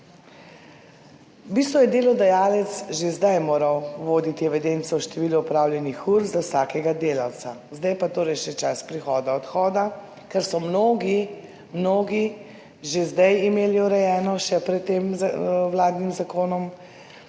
V bistvu je delodajalec že zdaj moral voditi evidenco o številu opravljenih ur za vsakega delavca, zdaj pa torej še čas prihoda, odhoda, kar so mnogi, mnogi že zdaj imeli urejeno še pred tem vladnim zakonom,